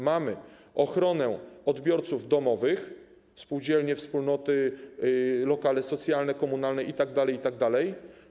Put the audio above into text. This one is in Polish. Mamy ochronę odbiorców domowych, spółdzielni, wspólnot, lokali socjalnych, komunalnych itd., itd.